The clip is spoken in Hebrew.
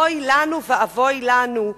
אוי לנו ואבוי לנו.